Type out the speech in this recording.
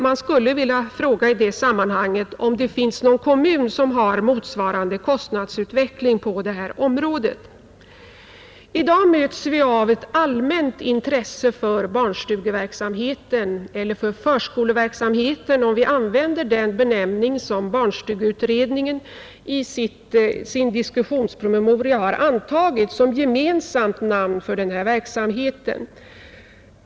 Man skulle i det sammanhanget vilja fråga om det finns någon kommun som har motsvarande kostnadsutveckling på detta område. I dag möts vi av ett allmänt intresse för barnstugeverksamheten eller förskoleverksamheten, om vi skall använda den benämning som barnstugeutredningen i sin diskussionspromemoria antagit som gemensam beteckning för dessa verksamheter.